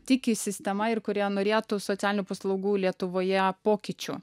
tiki sistema ir kurie norėtų socialinių paslaugų lietuvoje pokyčių